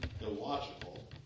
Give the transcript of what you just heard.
illogical